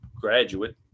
graduate